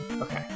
Okay